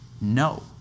No